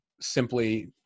simply